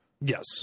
Yes